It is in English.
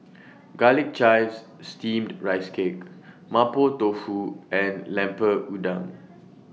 Garlic Chives Steamed Rice Cake Mapo Tofu and Lemper Udang